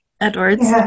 Edwards